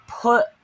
put